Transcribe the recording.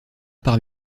par